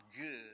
good